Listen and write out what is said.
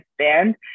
stand